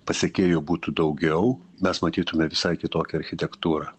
pasekėjų būtų daugiau mes matytume visai kitokią architektūrą